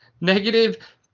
Negative